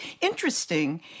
interesting